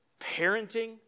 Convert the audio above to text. parenting